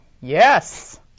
Yes